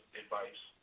advice